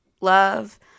love